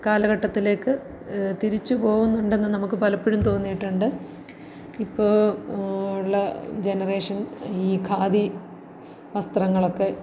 കാലഘട്ടത്തിലേക്ക് തിരിച്ച് പോവുന്നുണ്ടെന്ന് നമുക്ക് പലപ്പോഴും തോന്നിയിട്ടുണ്ട് ഇപ്പോൾ ഉള്ള ജനറേഷൻ ഈ ഖാദി വസ്ത്രങ്ങളൊക്കെ